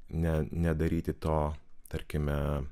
ne nedaryti to tarkime